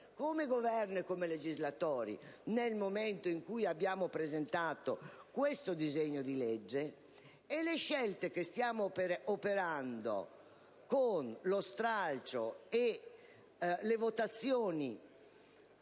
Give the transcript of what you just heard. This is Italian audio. come Governo e come legislatori nel momento in cui abbiamo presentato questo disegno di legge e le scelte che stiamo operando con lo stralcio e le votazioni